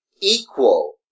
equal